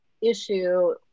issue